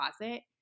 closet